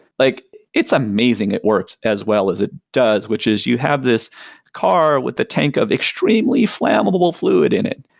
like it's amazing, it works as well as it does, which is you have this car with the tank of extremely flammable fluid in it.